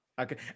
okay